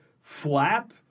flap